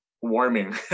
warming